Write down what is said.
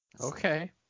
Okay